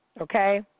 Okay